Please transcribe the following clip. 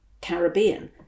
Caribbean